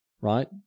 right